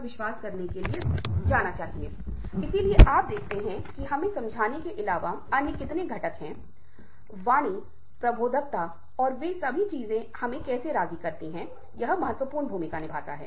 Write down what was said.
अपनी भावनाओं को प्रबंधित करें अब आप देखते हैं कि यदि आप सुनने के इस विशेष तरीके से प्रशिक्षण लेते हैं तो आपके लिए अपनी भावनाओं को प्रबंधित करना आसान है क्योंकि आप अब अपनी भावनाओं के बारे में जानते हैं